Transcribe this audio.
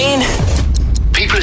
People